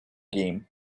game